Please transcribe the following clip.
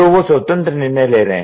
तो वो स्वतन्त्र निर्णय ले रहे हैं